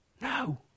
No